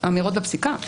אמירות בפסיקה.